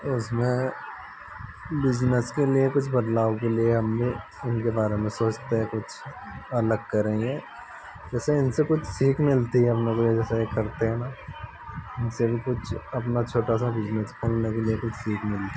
उसमें बिजनेस के लिए कुछ बदलाव के लिए हमने उनके बारे में सोचते हैं कुछ अलग करेंगे जैसे इनसे कुछ सीख मिलती है हम लोग के लिए जैसे करते हैं ना इनसे भी कुछ अपना छोटा सा बिजनेस खोलने के लिए कुछ सीख मिलती है